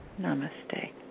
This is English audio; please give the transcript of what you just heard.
Namaste